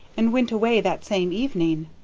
and went away that same evening.